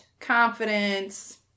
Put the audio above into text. confidence